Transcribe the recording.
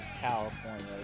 California